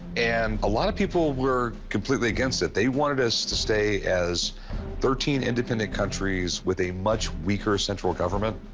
and a lot of people were completely against it. they wanted us to stay as thirteen independent countries with a much weaker central government.